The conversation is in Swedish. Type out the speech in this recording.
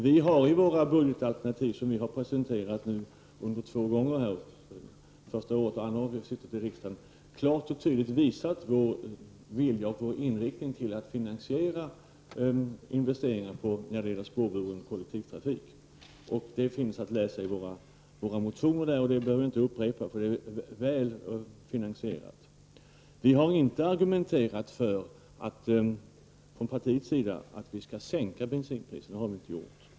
Vi har i våra budgetalternativ, som vi presenterat två gånger i riksdagen, klart och tydligt visat vår vilja att finansiera investeringar på spårbunden kollektivtrafik. Det finns att läsa i våra motioner, så jag behöver inte upprepa det. Vi har inte argumenterat för att vi skall sänka bensinskatten.